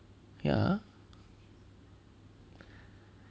yeah